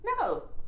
No